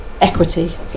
equity